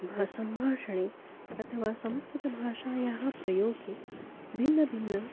वा सम्भाषणे अथवा संस्कृतभाषायाः प्रयोगे भिन्नभिन्नाः